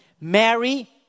Mary